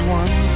one